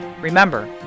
Remember